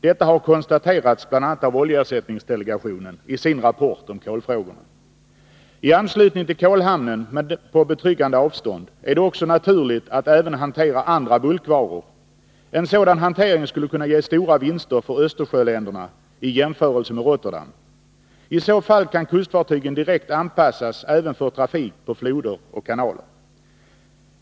Detta har konstaterats av bl.a. oljeersättningsdelegationen i rapporten om kolfrågorna. I anslutning till kolhamnen, men på betryggande avstånd, är det också naturligt att även hantera andra bulkvaror. En sådan hantering skulle kunna ge stora vinster för Östersjöländerna i jämförelse med Rotterdam. I så fall kan kustfartygen direkt anpassas även för trafik på floder och kanaler.